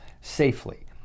safely